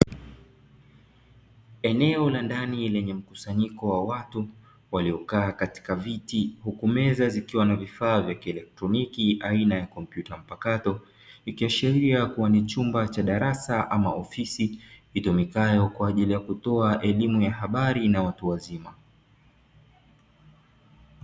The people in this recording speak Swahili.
Eneo la ndani lenye mkusanyiko wa watu waliokaa katika viti huku meza zikiwa na vifaa vya kielektroniki aina ya kompyuta mpakato, ikiashiria kuwa ni chumba cha darasa ama ofisi itumikayo kwa ajili ya kutoa elimu ya habari na watu wazima.